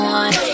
one